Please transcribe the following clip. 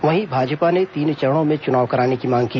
वहीं भाजपा ने तीन चरणों में चुनाव कराने की मांग की